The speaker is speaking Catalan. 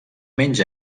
menys